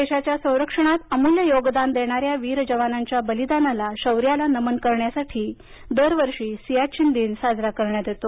देशाच्या संरक्षणात अमूल्य योगदान देणाऱ्या या वीर जवानांच्या बलिदानाला शौर्याला नमन करण्यासाठी दर वर्षी हा सियाचीन दिन साजरा करण्यात येतो